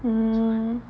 mm